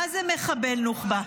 מה זה מחבל נוח'בה?